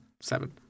Seven